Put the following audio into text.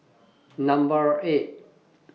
Number eight